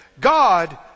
God